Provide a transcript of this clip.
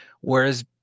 Whereas